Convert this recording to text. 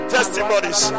Testimonies